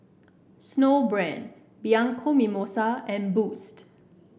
Snowbrand Bianco Mimosa and Boost